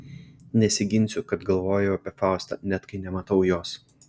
nesiginsiu kad galvoju apie faustą net kai nematau jos